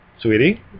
sweetie